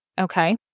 okay